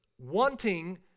wanting